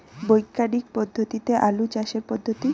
বিজ্ঞানিক পদ্ধতিতে আলু চাষের পদ্ধতি?